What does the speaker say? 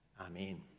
Amen